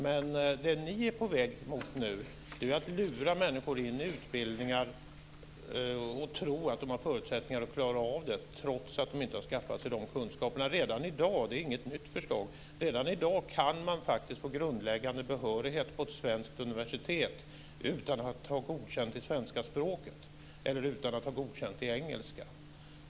Men ni är nu på väg att lura människor in i utbildningar i tron att de har förutsättningar att klara av det trots att de inte har skaffat sig kunskaperna. Detta är inget nytt förslag. Redan i dag kan man faktiskt få grundläggande behörighet till ett svenskt universitet utan att ha godkänt betyg i svenska språket eller i engelska.